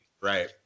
right